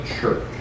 church